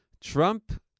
Trump